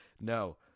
No